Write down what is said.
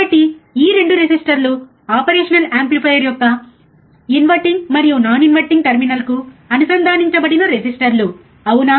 కాబట్టి ఈ 2 రెసిస్టర్లు ఆపరేషనల్ యాంప్లిఫైయర్ యొక్క ఇన్వర్టింగ్ మరియు నాన్ ఇన్వర్టింగ్ టెర్మినల్కు అనుసంధానించబడిన రెసిస్టర్లు అవునా